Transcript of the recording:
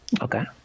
Okay